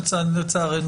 לצערנו,